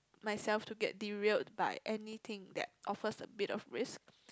myself to get derailed by anything that offers a bit of risk